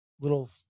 little